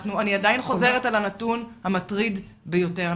אני עדיין חוזרת על הנתון המטריד ביותר.